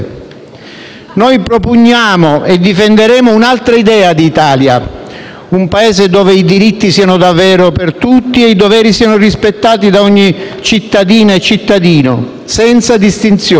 Noi propugniamo e difenderemo un'altra idea di Italia, un Paese dove i diritti siano davvero per tutti e i doveri siano rispettati da ogni cittadina e cittadino, senza distinzioni;